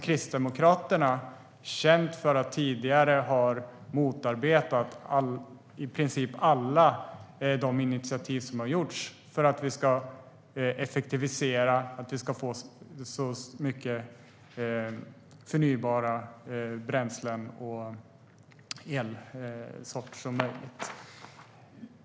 Kristdemokraterna är kända för att tidigare ha motarbetat i princip alla initiativ som har gjorts för att vi ska effektivisera och få så mycket förnybara bränslen och elsorter som möjligt.